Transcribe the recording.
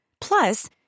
Plus